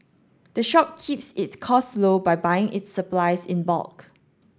the shop keeps its costs low by buying its supplies in bulk